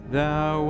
thou